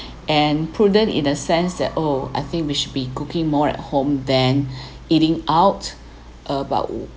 and prudent in a sense that oh I think we should be cooking more at home than eating out about